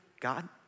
God